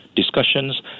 discussions